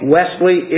Wesley